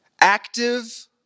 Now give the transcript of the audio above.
Active